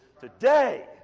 today